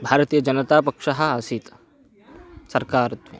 भारतीयजनतापक्षः आसीत् सर्कारत्वे